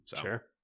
Sure